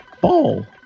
ball